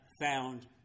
found